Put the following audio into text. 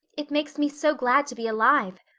it makes me so glad to be alive.